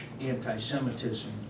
anti-Semitism